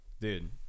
Dude